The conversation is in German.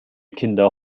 kinder